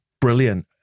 brilliant